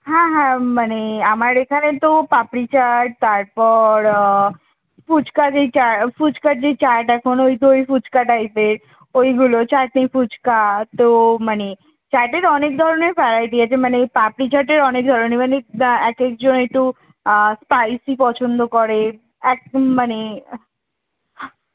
হ্যাঁ হ্যাঁ মানে আমার এখানে তো পাপড়ি চাট তারপর ফুচকা যেই চা ফুচকার যেই চাট এখন ওই দই ফুচকা টাইপের ওইগুলো চাটনি ফুচকা তো মানে চাটের অনেক ধরনের ভ্যারাইটি আছে মানে পাপড়ি চাটের অনেক ধরনের মানে একেকজন এটটু স্পাইসি পছন্দ করে এক মানে